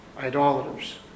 idolaters